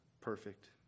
perfect